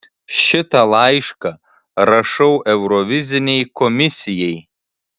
šitą laišką rašau eurovizinei komisijai